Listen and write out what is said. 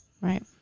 Right